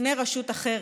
בפני רשות אחרת,